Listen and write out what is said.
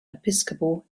episcopal